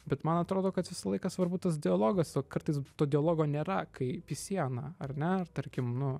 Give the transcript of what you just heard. bet man atrodo kad visą laiką svarbu tas dialogas o kartais to dialogo nėra kaip į sieną ar ne ar tarkim nu